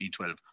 B12